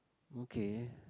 okay